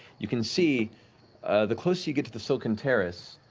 you can see the closer you get to the silken terrace,